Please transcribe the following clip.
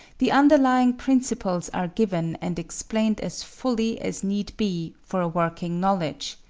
the underlying principles are given and explained as fully as need be for a working knowledge,